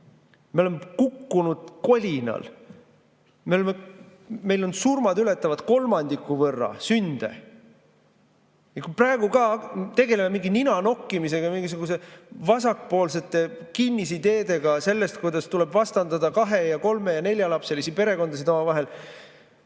Me oleme kukkunud kolinal. Meil surmad ületavad kolmandiku võrra sünde. Kui me praegu ka tegeleme mingi ninanokkimisega, mingisuguste vasakpoolsete kinnisideedega sellest, kuidas tuleb vastandada kahe-, kolme- ja neljalapselisi perekondi omavahel,